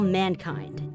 mankind